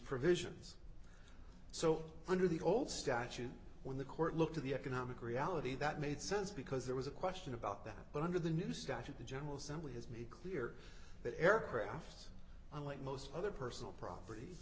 provisions so under the old statute when the court look to the economic reality that made sense because there was a question about that but under the new statute the general assembly has made clear that aircraft unlike most other personal property